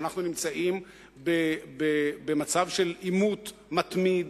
שאנחנו נמצאים במצב של עימות מתמיד,